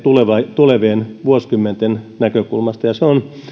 tulevien vuosikymmenten näkökulmasta ja se on